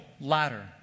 ladder